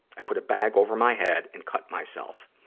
i put a bag over my head and cut myself.